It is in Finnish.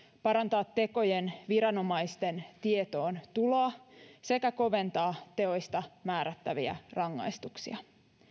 parantaa tekojen viranomaisten tietoon tuloa sekä koventaa teoista määrättäviä rangaistuksia